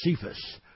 Cephas